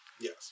Yes